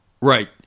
Right